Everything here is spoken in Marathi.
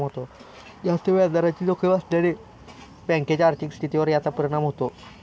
जास्त व्याजदराची जोखीम असल्याने बँकेच्या आर्थिक स्थितीवर याचा परिणाम होतो